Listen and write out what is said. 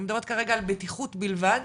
אני מדברת כרגע על בטיחות בלבד.